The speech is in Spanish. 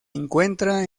encuentra